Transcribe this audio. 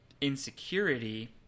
insecurity